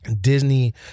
Disney